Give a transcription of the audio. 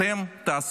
מה אתם תעשו?